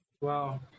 Wow